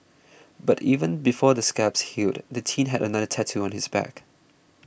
but even before the scabs healed the teen had another tattooed on his back